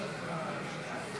הסתייגות 117 לא